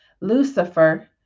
Lucifer